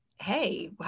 hey